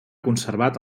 conservat